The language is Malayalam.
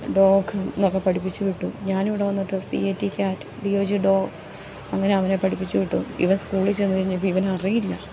ഡോഗ് എന്നൊക്കെ പഠിപ്പിച്ച് വിട്ടു ഞാനിവിടെ വന്നിട്ട് C A T cat D O G dog അങ്ങനെ അവനെ പഠിപ്പിച്ച് വിട്ടു ഇവൻ സ്കൂളിൽ ചെന്ന് കഴിഞ്ഞപ്പം ഇവന് അറിയില്ല